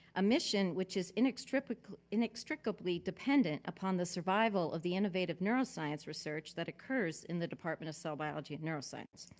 a mission which is an inextricably dependent upon the survival of the innovative neuroscience research that occurs in the department of cell biology and neuroscience.